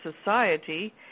society